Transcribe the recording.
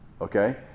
Okay